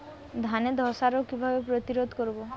ধানে ধ্বসা রোগ কিভাবে প্রতিরোধ করব?